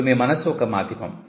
ఇప్పుడు మీ మనస్సు ఒక మాధ్యమం